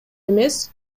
эмес